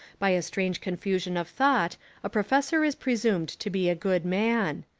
by a strange confusion of thought a professor is presumed to be a good man.